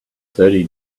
thirty